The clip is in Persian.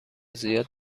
زیاد